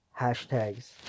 Hashtags